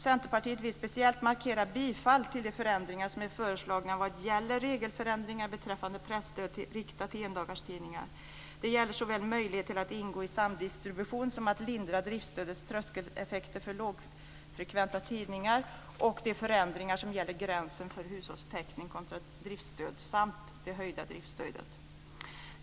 Centerpartiet vill speciellt markera bifall till de förändringar som är föreslagna vad gäller reglerna för presstöd riktat till endagarstidningar. Det gäller möjligheterna såväl till att ingå i samdistribution som att lindra driftstödets tröskeleffekter för lågfrekventa tidningar samt de förändringar som gäller gränsen för hushållstäckning kontra driftstöd och det höjda driftstödet.